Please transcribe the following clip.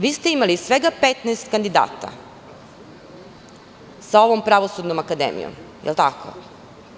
Vi ste imali svega 15 kandidata sa ovom Pravosudnom akademijom, da li je tako?